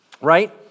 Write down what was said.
right